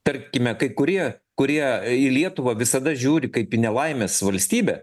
tarkime kai kurie kurie į lietuvą visada žiūri kaip į nelaimės valstybę